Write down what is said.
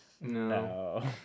No